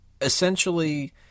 essentially